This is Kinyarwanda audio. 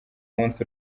munsi